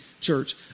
church